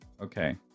okay